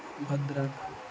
Bhadrak